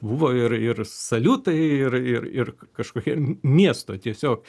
buvo ir ir saliutai ir ir ir kažkokie miesto tiesiog